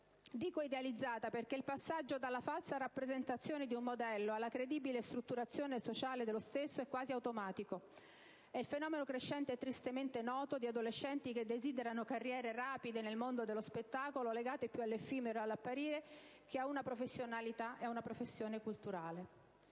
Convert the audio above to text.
Dico idealizzata perché il passaggio dalla falsa rappresentazione di un modello alla credibile strutturazione sociale dello stesso è quasi automatico. È il fenomeno crescente e tristemente noto di adolescenti che desiderano carriere rapide nel mondo dello spettacolo, legate più all'effimero e all'apparire che a una professionalità e a una preparazione culturale.